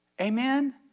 Amen